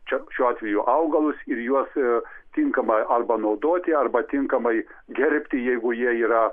čia šiuo atveju augalus ir juos tinkama arba naudoti arba tinkamai gerbti jeigu jie yra